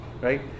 right